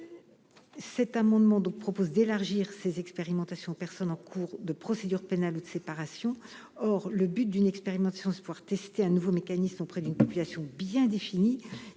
Cet amendement vise à élargir les expérimentations aux personnes en cours de procédure pénale ou de séparation. Or une expérimentation a pour objet de pouvoir tester un nouveau mécanisme auprès d'une population bien définie,